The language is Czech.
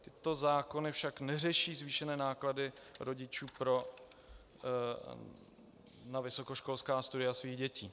Tyto zákony však neřeší zvýšené náklady rodičů na vysokoškolská studia svých dětí.